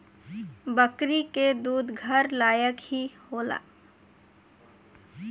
बकरी के दूध घर लायक ही होला